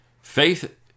Faith